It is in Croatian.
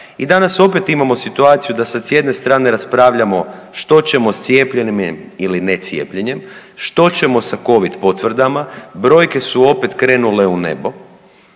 I danas opet imamo situaciju da sad s jedne strane raspravljamo što ćemo s cijepljenjem ili necijepljenjem, što ćemo sa Covid potvrdama, brojke su opet krenule u nebo,